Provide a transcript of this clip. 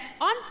on